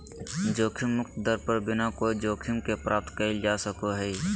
जोखिम मुक्त दर बिना कोय जोखिम के प्राप्त कइल जा सको हइ